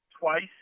twice